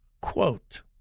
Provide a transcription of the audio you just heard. Quote